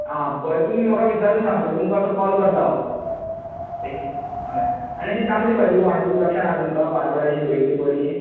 आ बरे तुमी म्हाका विचारून सांगांत तुमकां असो कॉल करता हांव आनी अशी तांबडी भाजी बिन कोणाची लक्षान आसा तुमकां कोणा कडेन अशी रयल्ली बरी